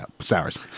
Sours